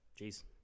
Jeez